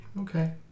Okay